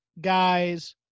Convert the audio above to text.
guys